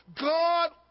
God